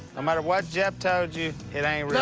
no matter what jep told you, it ain't real.